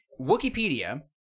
Wikipedia